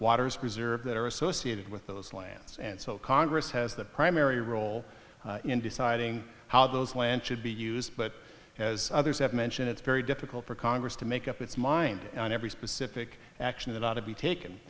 waters preserved that are associated with those lands and so congress has the primary role in deciding how those land should be used but as others have mentioned it's very difficult for congress to make up its mind on every specific action that ought to be taken